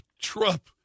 Trump